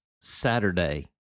Saturday